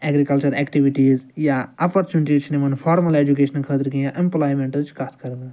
agriculture activities یا opportunities چھِنہٕ یِمَن فارمَل ایٚجوٗکیشنہٕ خٲطرٕ کیٚنٛہہ یا ایٚمپُلایمیٚنٹٕچۍ کَتھ کَرٕ بہٕ